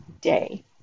day